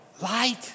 Light